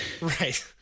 Right